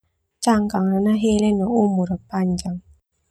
Cangkang nahele ma umur panjang.